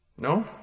No